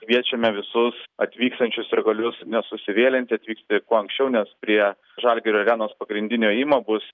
kviečiame visus atvykstančius sirgalius nesusivėlinti atvykti kuo anksčiau nes prie žalgirio arenos pagrindinio įėjimo bus